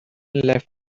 left